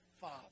father